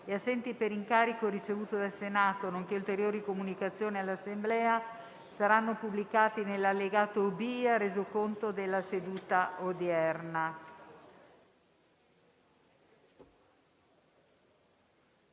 e assenti per incarico ricevuto dal Senato, nonché ulteriori comunicazioni all'Assemblea saranno pubblicati nell'allegato B al Resoconto della seduta odierna.